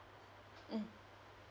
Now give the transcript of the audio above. mm